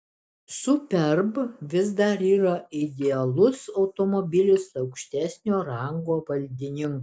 superb vis dar yra idealus automobilis aukštesnio rango valdininkui